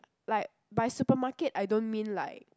like by supermarket I don't mean like